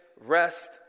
rest